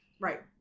Right